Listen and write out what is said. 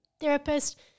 therapist